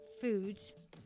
foods